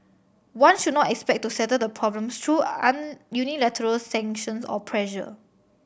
one should not expect to settle the problems through unilateral sanctions or pressure